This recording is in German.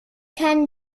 kann